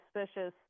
suspicious